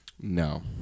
No